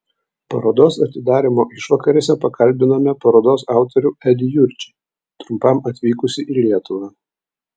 parodos atidarymo išvakarėse pakalbinome parodos autorių edį jurčį trumpam atvykusį į lietuvą